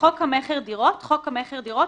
"חוק המכר (דירות)" חוק המכר (דירות),